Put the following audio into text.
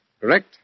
correct